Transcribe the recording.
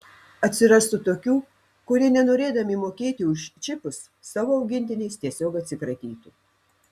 atsirastų tokių kurie nenorėdami mokėti už čipus savo augintiniais tiesiog atsikratytų